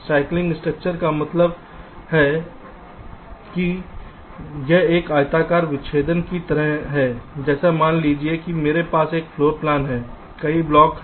slicing structure का मतलब है कि यह एक आयताकार विच्छेदन की तरह है जैसे मान लीजिए कि मेरे पास एक फ्लोर प्लान है कई ब्लॉक हैं